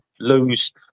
lose